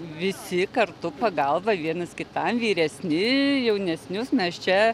visi kartu pagalba vienas kitam vyresni jaunesnius mes čia